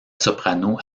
soprano